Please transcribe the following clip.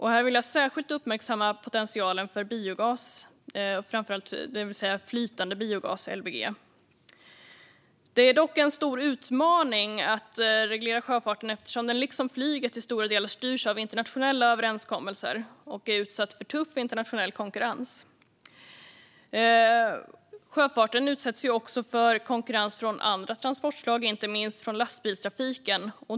Här vill jag särskilt uppmärksamma potentialen hos biogas, det vill säga LBG som är flytande biogas. Det finns dock en stor utmaning i att reglera sjöfarten, eftersom den liksom flyget till stora delar styrs av internationella överenskommelser och är utsatt för tuff internationell konkurrens. Sjöfarten utsätts också för konkurrens från andra transportslag, inte minst från lastbilstrafiken.